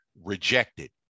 rejected